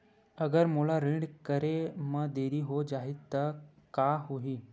अगर मोला ऋण करे म देरी हो जाहि त का होही?